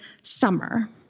summer